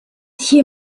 hier